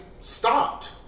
stopped